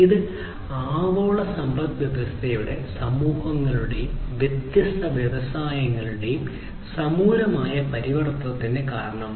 ഇത് ആഗോള സമ്പദ്വ്യവസ്ഥകളുടെയും സമൂഹങ്ങളുടെയും വ്യത്യസ്ത വ്യവസായങ്ങളുടെയും സമൂലമായ പരിവർത്തനത്തിന് കാരണമായി